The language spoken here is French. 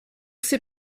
ses